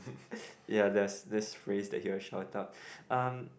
ya there's this phrase that he will shout out um